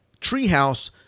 treehouse